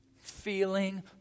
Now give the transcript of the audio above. feeling